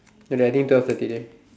you writing twelve thirty dey